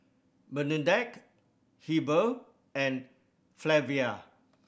Bernadette Heber and Flavia